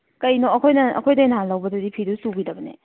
ꯀꯩꯅꯣ ꯑꯩꯈꯣꯏꯗꯒꯤ ꯉꯍꯥꯟ ꯂꯧꯕꯗꯨꯗꯤ ꯐꯤꯗꯨ ꯆꯨꯒꯤꯗꯕꯅꯦ